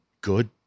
good